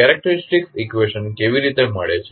characteristic equation કેવી રીતે મળે છે